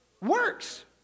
works